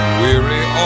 weary